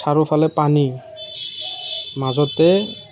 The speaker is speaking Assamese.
পথাৰৰ ফালে পানী মাজতে